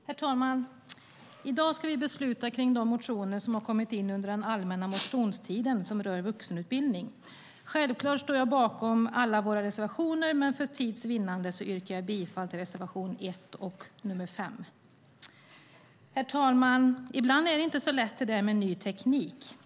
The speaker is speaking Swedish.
Herr talman! I dag ska vi debattera de motioner som kommit in under den allmänna motionstiden som rör vuxenutbildning. Självklart står jag bakom alla våra reservationer, men för tids vinnande yrkar jag bifall till reservationerna 1 och 5. Herr talman! Ibland är det inte så lätt det där med ny teknik.